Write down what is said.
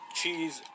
cheese